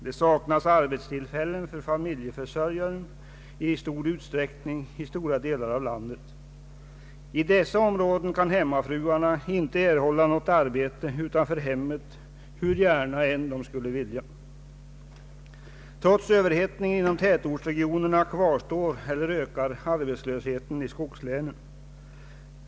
Det saknas i stor utsträckning arbetstillfällen för familjeförsörjare i stora delar av landet. I dessa områden kan hemmafruarna inte erhålla något arbete utanför hemmet hur gärna de än skulle vilja. Trots överhettning inom tätortsregionerna kvarstår eller ökar arbetslösheten i skogslänen.